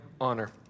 honor